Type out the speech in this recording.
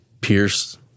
pierce